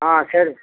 ஆ சரி